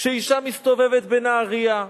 כשאשה מסתובבת בנהרייה,